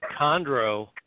chondro